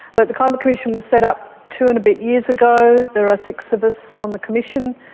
but the climate commission was set up two-and-a-bit years ago, there are six of us on the commission.